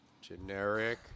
generic